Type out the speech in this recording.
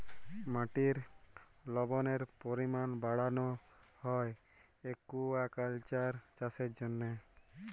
মাটির লবলের পরিমাল বাড়ালো হ্যয় একুয়াকালচার চাষের জ্যনহে